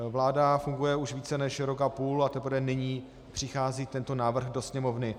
Vláda funguje už více než rok a půl a teprve nyní přichází tento návrh do Sněmovny.